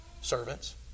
Servants